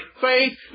faith